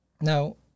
Now